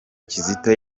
kizito